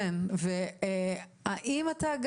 כן והשאלה שלי היא האם אתה גם,